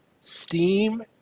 Steam